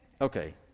Okay